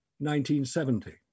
1970